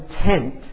intent